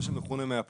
מה שמכונה 100 פלוס,